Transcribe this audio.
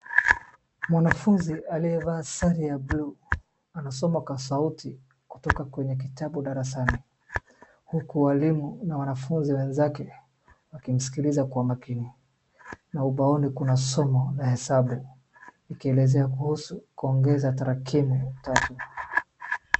Mwanafunzi aliyevaa sare ya blue anasoma kwa sauti kutoka kwenye kitabu darasani, huku walimu na wanafunzi wenzake wakimsikiliza kwa makini, na ubaoni kuna somo la hesabu, ikielezea kuhusu kuongeza tarakimu tatu.